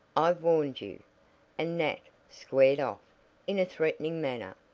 i've warned you and nat squared off in a threatening manner.